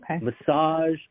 massage